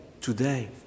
today